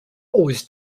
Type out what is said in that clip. always